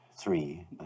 three